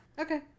okay